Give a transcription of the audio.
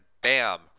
bam